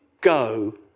go